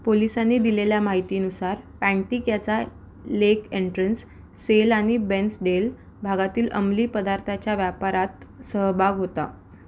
पोलिसांनी दिलेल्या माहितीनुसार पँटिक याचा लेक एन्ट्रन्स सेल आणि बेन्सडेल भागातील अमली पदार्थाच्या व्यापारात सहभाग होता